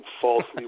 falsely